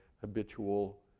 habitual